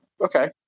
okay